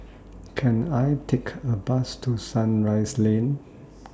Can I Take A Bus to Sunrise Lane